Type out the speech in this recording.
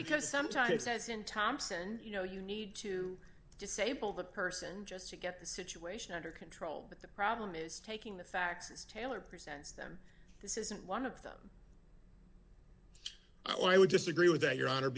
because sometimes as in thompson you know you need to disable the person just to get the situation under control but the problem is taking the facts as taylor presents them this isn't one of them i would disagree with that your honor